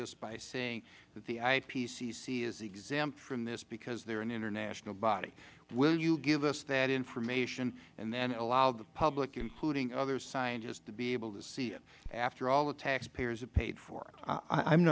this by saying that the ipcc is exempt from this because they are an international body will you give us that information and then allow the public including other scientists to be able to see it after all the taxpayers have paid for it